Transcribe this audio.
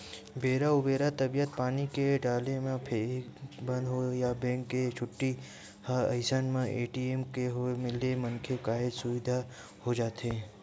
बेरा उबेरा तबीयत पानी के डोले म बेंक बंद हे या बेंक के छुट्टी हे अइसन मन ए.टी.एम के होय ले मनखे काहेच सुबिधा हो जाथे